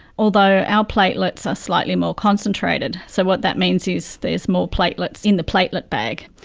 although our platelets are slightly more concentrated. so what that means is there's more platelets in the platelet bag.